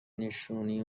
نشونی